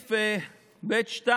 סעיף ב'(2)